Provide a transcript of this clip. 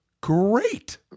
Great